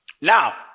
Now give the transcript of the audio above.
now